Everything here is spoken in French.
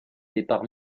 départs